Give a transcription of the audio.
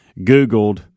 Googled